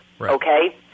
okay